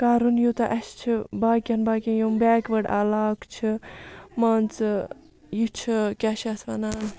پیٲرُن یوٗتاہ اَسہِ چھِ باقٕیَن باقٕیَن یِم بیکوٲڈ علاقہٕ چھِ مان ژٕ یہِ چھُ کیٛاہ چھِ اَتھ وَنان